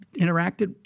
interacted